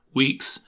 weeks